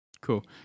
cool